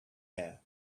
air